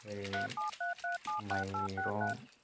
माइरं